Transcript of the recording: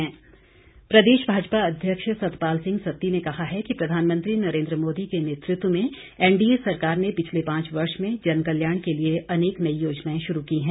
सत्ती प्रदेश भाजपा अध्यक्ष सतपाल सिंह सत्ती ने कहा है कि प्रधानमंत्री नरेंद्र मोदी के नेतृत्व में एनडीए सरकार ने पिछले पांच वर्षो में जनकल्याण के लिए अनेक नई योजनाएं शुरू की हैं